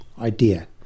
idea